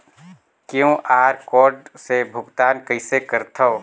QR code से भुगतान कइसे करथव?